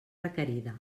requerida